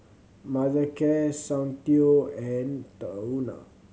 Mothercare Soundteoh and Tahuna